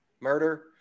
murder